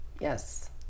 Yes